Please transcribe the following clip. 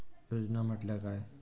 योजना म्हटल्या काय?